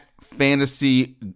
fantasy